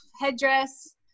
headdress